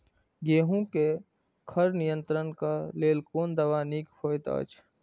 गेहूँ क खर नियंत्रण क लेल कोन दवा निक होयत अछि?